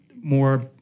more